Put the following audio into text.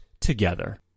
together